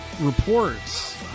reports